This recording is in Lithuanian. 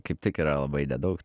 kaip tik yra labai nedaug